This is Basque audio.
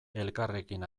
elkarrekin